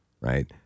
right